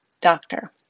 doctor